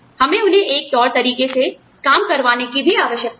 हमें उन्हें एक तौर तरीके से काम करवाने की भी आवश्यकता है